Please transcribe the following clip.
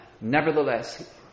Nevertheless